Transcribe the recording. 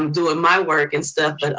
um doing my work and stuff. and